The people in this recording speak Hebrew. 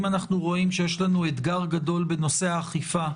אם אנחנו רואים שיש לנו אתגר גדול בנושא האכיפה,